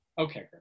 Okay